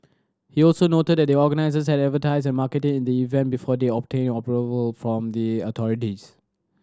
he also noted that the organisers had advertised and marketed the event before they obtained approval from the authorities